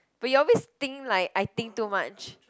but you always think like I think too much